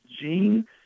gene